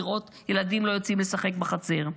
לראות ילדים שלא יוצאים לשחק בחצר.